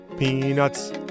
peanuts